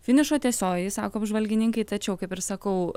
finišo tiesiojoje sako apžvalgininkai tačiau kaip ir sakau